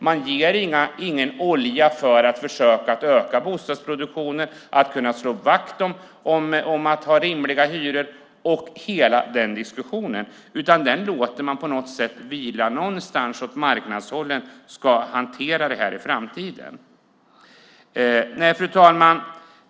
Man ger ingen olja för att försöka öka bostadsproduktionen, för att kunna slå vakt om rimliga hyror och hela den diskussionen, utan det överlåter man åt marknaden att hantera i framtiden. Fru talman!